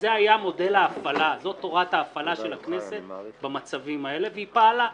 זאת הוראת ההפעלה של הכנסת במצבים האלה והיא פעלה.